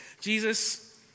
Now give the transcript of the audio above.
Jesus